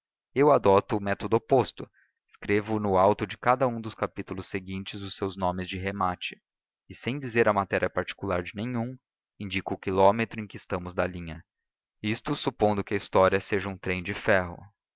eu adoto o método oposto escrevo no alto de cada um dos capítulos seguintes os seus nomes de remate e sem dizer a matéria particular de nenhum indico o quilômetro em que estamos da linha isto supondo que a história seja um trem de ferro